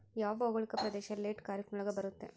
ಯಾವ ಭೌಗೋಳಿಕ ಪ್ರದೇಶ ಲೇಟ್ ಖಾರೇಫ್ ನೊಳಗ ಬರುತ್ತೆ?